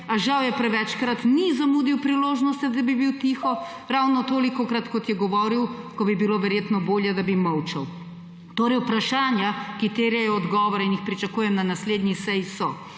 a žal prevečkrat ni zamudil priložnosti, da bi bil tiho, ravno tolikokrat, kot je govoril, ko bi bilo verjetno bolje, da bi molčal. Vprašanja, ki terjajo odgovore in jih pričakujem na naslednji seji so: